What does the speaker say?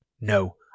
No